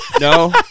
No